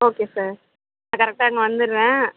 okay sir நான் கரெக்ட்டாக அங்கே வந்துடறேன்